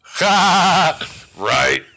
Right